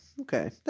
okay